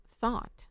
thought